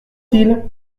ils